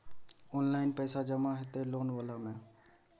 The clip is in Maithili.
ऑनलाइन पैसा जमा हते लोन वाला में?